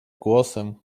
głosem